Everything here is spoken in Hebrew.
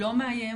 לא מאיים,